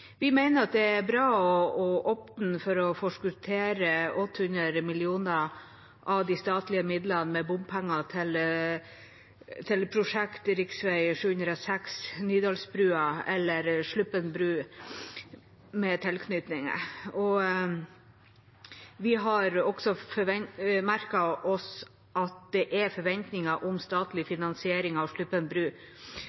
Vi mener det er bra å åpne for å forskuttere 800 mill. kr av de statlige midlene med bompenger til prosjektet rv. 706 Nydalsbrua, eller Sluppen bru, med tilknytninger. Vi har også merket oss at det er forventninger om statlig